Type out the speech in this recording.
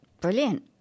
brilliant